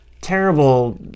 terrible